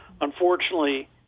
Unfortunately